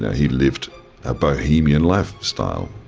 he lived a bohemian lifestyle.